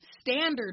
standard